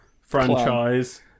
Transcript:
franchise